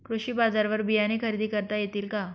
कृषी बाजारवर बियाणे खरेदी करता येतील का?